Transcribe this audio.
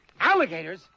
Alligators